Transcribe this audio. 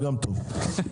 גם טוב.